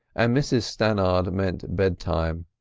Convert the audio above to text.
and mrs stannard meant bedtime.